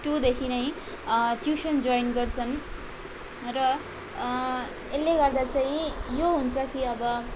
टुदेखि नै tuition join गर्छन् र यसले गर्दा चाहिँ यो हुन्छ कि अब